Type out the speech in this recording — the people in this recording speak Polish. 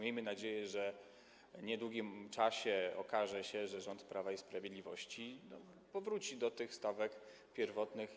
Miejmy nadzieję, że w niedługim czasie okaże się, że rząd Prawa i Sprawiedliwości powróci do tych stawek pierwotnych.